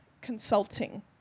consulting